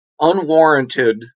unwarranted